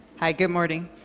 hi. good morning.